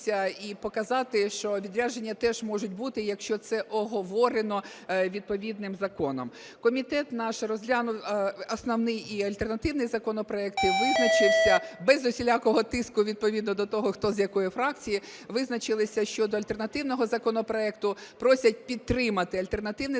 і показати, що відрядження теж можуть бути, якщо це оговорено відповідним законом. Комітет наш розглянув основний і альтернативний законопроекти, визначився без усілякого тиску відповідно до того, хто з якої фракції, визначилися щодо альтернативного законопроекту, просять підтримати альтернативний законопроект